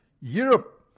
Europe